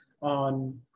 on